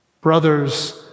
Brothers